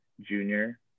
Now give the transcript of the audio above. junior